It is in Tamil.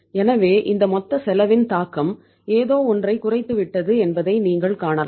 எனவே இந்த மொத்த செலவின் தாக்கம் ஏதோவொன்றைக் குறைத்துவிட்டது என்பதை நீங்கள் காணலாம்